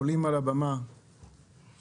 עולים על הבמה משפחות,